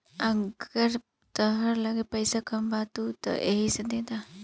अगर तहरा लगे पईसा कम बा त तू एही से देद